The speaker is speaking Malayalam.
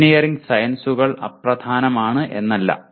എഞ്ചിനീയറിംഗ് സയൻസുകൾ അപ്രധാനമാണ് എന്നല്ല